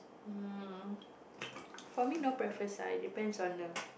um for me no preference ah it depends on the